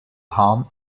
hahn